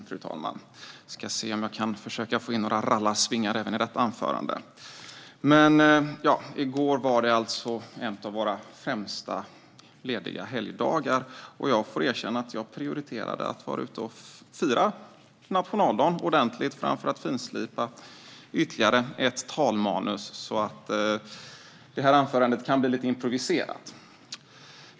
Fru talman! Jag ska se om jag kan försöka få in några rallarsvingar även i detta anförande. I går var det en av våra främsta lediga helgdagar, och jag får erkänna att jag prioriterade att vara ute och fira nationaldagen ordentligt framför att finslipa ytterligare ett talmanus. Därför kan detta anförande bli lite improviserat.